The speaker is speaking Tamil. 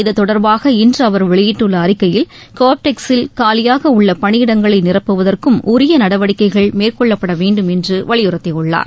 இது தொடர்பாக இன்று அவர் வெளியிட்டுள்ள அறிக்கையில் கோ ஆப்டெக்ஸில் காலியாக உள்ள பணியிடங்களை நிரப்புவதற்கும் உரிய நடவடிக்கைகள் மேற்கொள்ளப்பட வேண்டும் என்று வலியுறுத்தியுள்ளார்